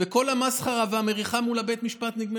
וכל המסחרה והמריחה מול בית המשפט נגמרה.